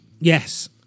yes